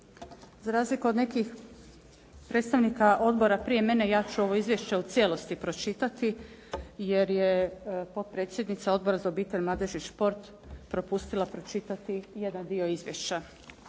Za razliku od nekih predstavnika odbora, ja ću ovo izvješće u cijelosti pročitati, jer je potpredsjednika Odbora za obitelj, mladež i šport propustila pročitati jedan dio izvješća.